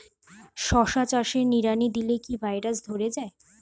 শশা চাষে নিড়ানি দিলে কি ভাইরাস ধরে যায়?